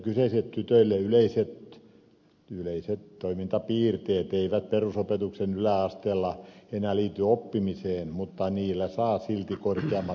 kyseiset tytöille yleiset toimintapiirteet eivät perusopetuksen yläasteella enää liity oppimiseen mutta niillä saa silti korkeammat arvosanat